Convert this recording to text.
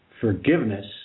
forgiveness